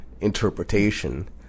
interpretation